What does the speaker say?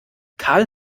karl